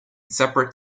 separate